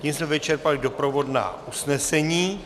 Tím jsme vyčerpali doprovodná usnesení.